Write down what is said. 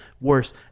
worse